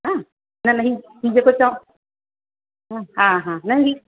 हा न न हीअ जेको चम्पलु हा हा न न ही